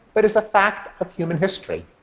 but is a fact of human history,